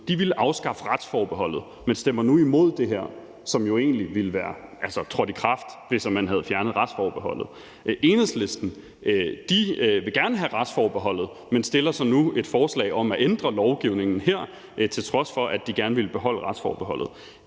ville afskaffe retsforbeholdet, men stemmer nu imod det her, og det ville jo egentlig være trådt i kraft, hvis man havde fjernet retsforbeholdet. Enhedslisten vil gerne have retsforbeholdet, men har så nu fremsat et forslag om at ændre lovgivningen her, til trods for at de gerne vil beholde retsforbeholdet.